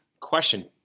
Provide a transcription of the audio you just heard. question